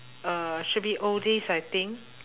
uh should be oldies I think